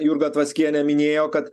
jurga tvaskienė minėjo kad